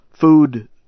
Food